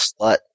slut